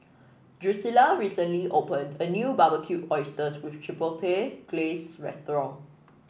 Drucilla recently opened a new Barbecued Oysters with Chipotle Glaze restaurant